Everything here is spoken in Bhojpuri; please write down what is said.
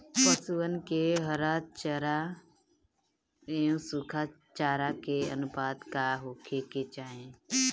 पशुअन के हरा चरा एंव सुखा चारा के अनुपात का होखे के चाही?